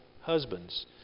husbands